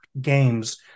Games